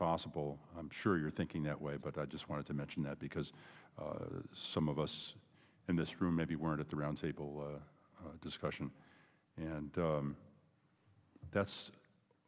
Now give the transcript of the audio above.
possible i'm sure you're thinking that way but i just wanted to mention that because some of us in this room maybe weren't at the roundtable discussion and that's